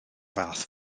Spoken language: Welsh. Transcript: fath